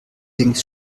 links